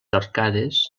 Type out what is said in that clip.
arcades